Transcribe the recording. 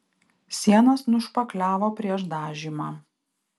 sienas nušpakliavo prieš dažymą